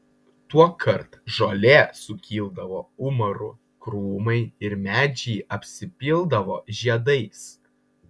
tuokart žolė sukildavo umaru krūmai ir medžiai apsipildavo žiedais